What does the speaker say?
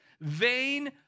vain